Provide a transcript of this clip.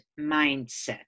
mindset